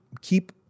keep